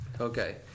Okay